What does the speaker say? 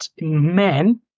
men